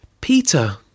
Peter